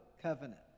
covenant